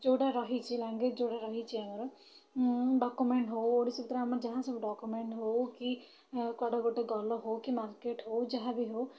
ଯୋଉଟା ରହିଛି ଲାଙ୍ଗୁଏଜ୍ ଯୋଉଟା ରହିଛି ଆମର ଡ଼କ୍ୟୁମେଣ୍ଟ୍ ହେଉ ଆମର ଯାହାସବୁ ଡ଼କ୍ୟୁମେଣ୍ଟ୍ ହେଉ କି କୁଆଡ଼େ ଗୋଟେ ଗଲ ହେଉ କି ମାର୍କେଟ୍ ହେଉ ଯାହାବି ହେଉ